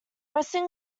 resting